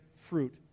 fruit